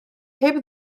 heb